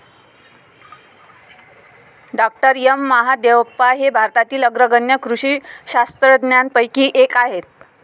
डॉ M Mahadevappa हे भारतातील अग्रगण्य कृषी शास्त्रज्ञांपैकी एक आहेत